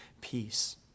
peace